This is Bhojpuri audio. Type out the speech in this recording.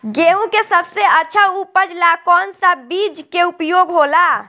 गेहूँ के सबसे अच्छा उपज ला कौन सा बिज के उपयोग होला?